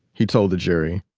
he told the jury.